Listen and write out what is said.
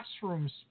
classrooms